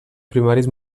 primaris